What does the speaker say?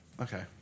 Okay